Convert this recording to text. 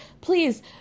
please